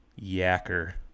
Yacker